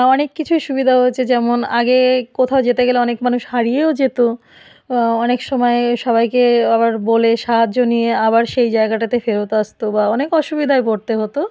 অনেক কিছুই সুবিধা হয়েছে যেমন আগে কোথাও যেতে গেলে অনেক মানুষ হারিয়েও যেত অনেক সময়ে সবাইকে আবার বলে সাহায্য নিয়ে আবার সেই জায়গাটাতে ফেরত আসত বা অনেক অসুবিধায় পড়তে হতো